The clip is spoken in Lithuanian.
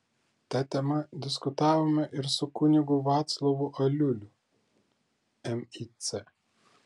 ta tema diskutavome ir su kunigu vaclovu aliuliu mic